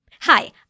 Hi